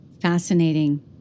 fascinating